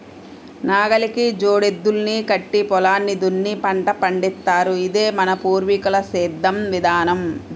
నాగలికి జోడెద్దుల్ని కట్టి పొలాన్ని దున్ని పంట పండిత్తారు, ఇదే మన పూర్వీకుల సేద్దెం విధానం